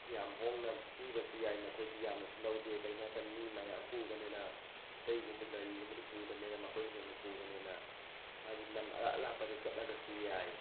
ꯌꯥꯝ ꯍꯣꯡꯅ ꯄꯤꯕꯁꯨ ꯌꯥꯏ ꯃꯈꯣꯏꯗꯤ ꯌꯥꯝꯅꯁꯨ ꯂꯧꯗꯦ ꯀꯩꯒꯤꯅꯣ ꯍꯥꯏꯕ ꯀꯥꯟꯗ ꯃꯤ ꯃꯌꯥꯝ ꯄꯨꯕꯅꯤꯅ ꯑꯇꯩꯒꯨꯝꯕ ꯒꯥꯔꯤꯒꯨꯝꯕꯗꯤ ꯄꯨꯗꯕꯅꯤꯅ ꯃꯈꯣꯏꯅ ꯍꯦꯟꯅ ꯄꯨꯕꯅꯤꯅ ꯃꯥꯗꯤ ꯂꯝ ꯑꯔꯥꯞ ꯑꯔꯥꯞꯄꯗ ꯆꯠꯂꯒꯁꯨ ꯌꯥꯏ